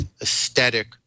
aesthetic